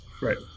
Right